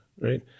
right